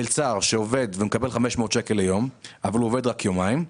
מלצר שמקבל 500 שקל ליום אבל עובד רק יומיים,